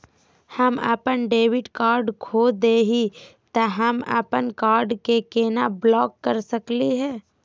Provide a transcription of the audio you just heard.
हम अपन debit card खो दे ही, त हम अप्पन कार्ड के केना ब्लॉक कर सकली हे?